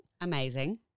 Amazing